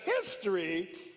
history